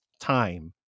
time